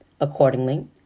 Accordingly